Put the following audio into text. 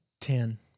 Ten